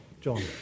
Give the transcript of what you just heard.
John